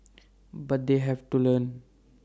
but they have to learn